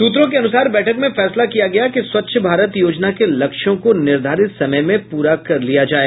सूत्रों के अनुसार बैठक में फैसला किया गया कि स्वच्छ भारत योजना के लक्ष्यों को निर्धारित समय में पूरा कर लिया जाए